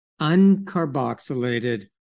uncarboxylated